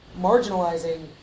marginalizing